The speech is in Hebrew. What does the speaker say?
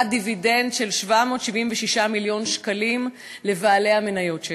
דיבידנד של 776 מיליון שקלים לבעלי המניות שלה.